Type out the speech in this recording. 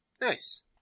Nice